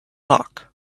lock